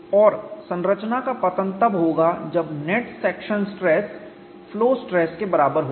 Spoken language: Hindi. और संरचना का पतन तब होगा जब net section stress flow stress के बराबर होगा